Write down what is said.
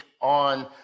on